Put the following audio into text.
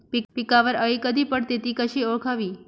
पिकावर अळी कधी पडते, ति कशी ओळखावी?